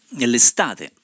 nell'estate